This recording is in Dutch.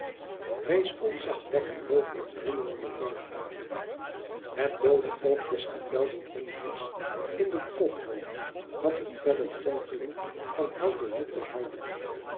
rees ontzagwekkend boven het wriemelende volk uit het doode oog des gevelden ondiers in den kophelm had een felle fonkeling van hel beryl behouden